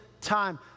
time